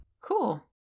Cool